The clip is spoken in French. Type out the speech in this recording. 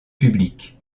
public